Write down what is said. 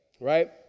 right